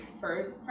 first